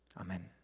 Amen